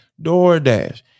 doordash